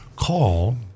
call